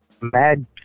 mad